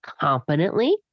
Competently